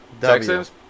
Texans